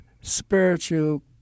spiritual